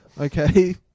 Okay